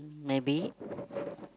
maybe